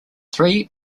three